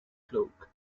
cloak